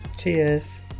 Cheers